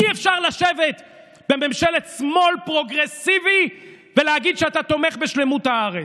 אי-אפשר לשבת בממשלת שמאל פרוגרסיבי ולהגיד שאתה תומך בשלמות הארץ,